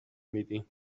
میدهیم